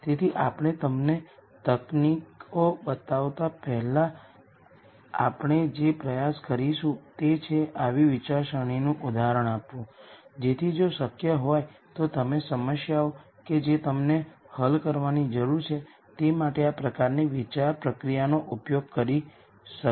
તેથી આપણે તમને તકનીકો બતાવવા પહેલાં આપણે જે પ્રયાસ કરીશું તે છે આવી વિચારસરણીનું ઉદાહરણ આપવું જેથી જો શક્ય હોય તો તમે સમસ્યાઓ કે જે તમને હલ કરવાની જરૂર છે તે માટે આ પ્રકારની વિચાર પ્રક્રિયાનો ઉપયોગ કરી શકો